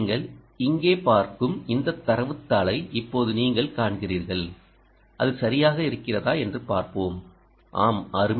நீங்கள் இங்கே பார்க்கும் இந்த தரவுத் தாளை இப்போது நீங்கள் காண்கிறீர்கள் அது சரியாக இருக்கிறதா என்று பார்ப்போம் ஆம் அருமை